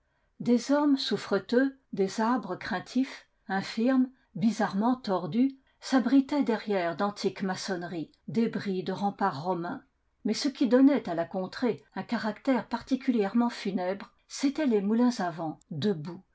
des ormes souf freteux des arbres craintifs infirmes bizarrement tordus s'abritaient derrière d'antiques maçonneries débris de rem parts romains mais ce qui donnait à la contrée un carac tère particulièrement funèbre c'étaient les moulins à vent